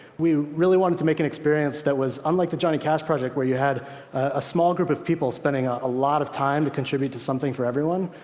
we really wanted to make an experience that was unlike the johnny cash project, where you had a small group of people spending ah a lot of time to contribute something for everyone.